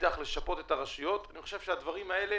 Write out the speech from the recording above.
ומאידך לשפות את הרשויות הדברים האלה